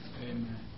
Amen